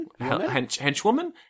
Henchwoman